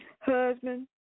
Husband